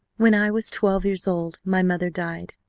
when i was twelve years old my mother died.